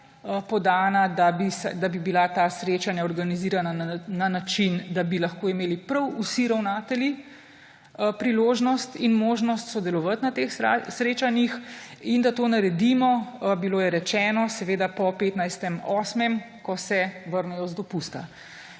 podana, da bi bila ta srečanja organizirana na način, da bi lahko imeli prav vsi ravnatelji priložnost in možnost sodelovati na teh srečanjih in da to naredimo. Bilo je rečeno, seveda po 15. 8., ko se vrnejo z dopusta.